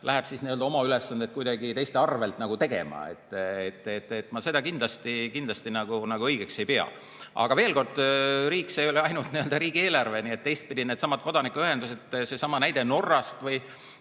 läheb oma ülesandeid kuidagi teiste arvel tegema. Ma seda kindlasti õigeks ei pea. Aga veel kord: riik, see ei ole ainult riigieelarve. Teistpidi, needsamad kodanikuühendused, seesama näide Norrast –